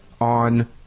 on